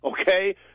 okay